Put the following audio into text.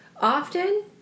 often